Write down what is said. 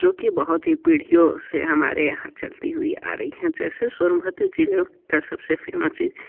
जो कि बहुत ही पीढ़ियों से हमारे यहाँ चलती हुई आ रही है जैसे सोनभद्र ज़िले का सबसे फ़ेमस चीज़